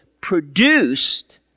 produced